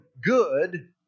good